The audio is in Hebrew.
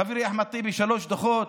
חברי אחמד טיבי, שלושה דוחות.